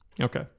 Okay